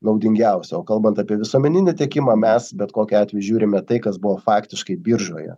naudingiausia o kalbant apie visuomeninį tiekimą mes bet kokiu atveju žiūrime tai kas buvo faktiškai biržoje